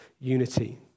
unity